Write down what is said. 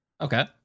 Okay